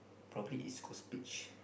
probably East Coast Beach